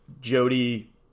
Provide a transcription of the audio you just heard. Jody